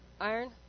iron